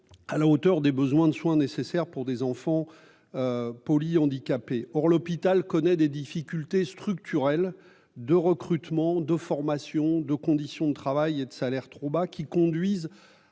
À la hauteur des besoins de soins nécessaires pour des enfants. Polyhandicapés, or l'hôpital connaît des difficultés structurelles de recrutement, de formation, de conditions de travail et de salaires trop bas qui conduisent